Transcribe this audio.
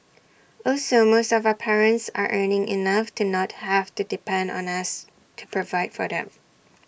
also most of our parents are earning enough to not have to depend on us to provide for them